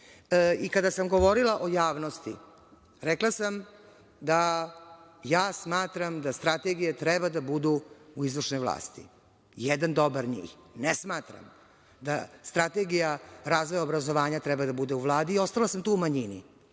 nije. Kada sam govorila o javnosti, rekla sam da ja smatram da strategije treba da budu u izvršnoj vlasti. Jedan dobar njih ne smatra da strategija razvoja obrazovanja treba da bude u Vladi i ostala sam tu u manjini,